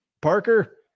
Parker